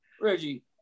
Reggie